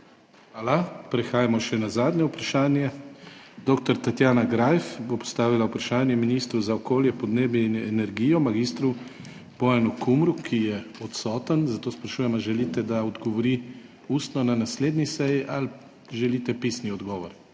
Hvala. Prehajamo še na zadnje vprašanje. Dr. Tatjana Greif bo postavila vprašanje ministru za okolje, podnebje in energijo mag. Bojanu Kumru, ki je odsoten. Zato sprašujem, ali želite, da odgovori ustno na naslednji seji, ali želite pisni odgovor.